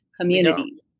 communities